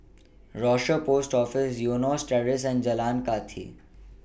Rochor Post Office Eunos Terrace and Jalan Kathi